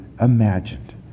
imagined